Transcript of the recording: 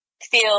feel